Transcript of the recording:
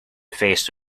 face